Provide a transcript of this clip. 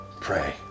pray